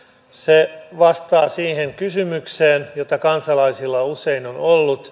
se vastaa siihen kysymykseen joka kansalaisilla usein on ollut